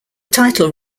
title